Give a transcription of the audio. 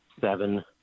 seven